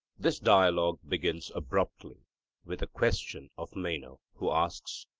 this dialogue begins abruptly with a question of meno, who asks,